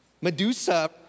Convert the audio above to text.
Medusa